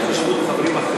אם אפשר הערה לצורך העניין של